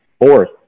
fourth